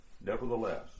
nevertheless